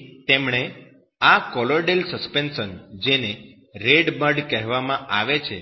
તેથી તેમણે આ કોલોઈડલ સસ્પેન્શન જેને 'રેડ મડ ' કહેવામાં આવે છે